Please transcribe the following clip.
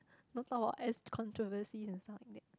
don't talk about S controversy and stuff like that